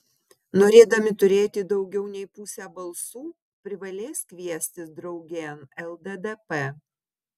norėdami turėti daugiau nei pusę balsų privalės kviestis draugėn lddp